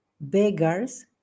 Beggars